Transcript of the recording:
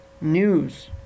news